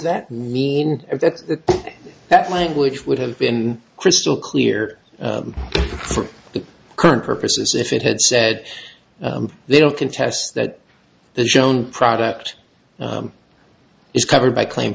that mean that language would have been crystal clear for the current purposes if it had said they don't contest that the shown product is covered by claim